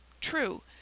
True